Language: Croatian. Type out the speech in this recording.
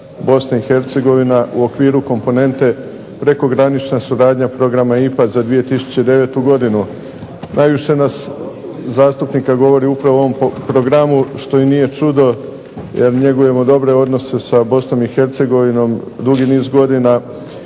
u okviru komponente prekogranična suradnja programa IPA za 2009. godinu. Najviše zastupnika govori upravo o ovom programu što nije čudo jer njegujemo dobre odnose sa Bosnom i Hercegovinom